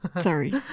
Sorry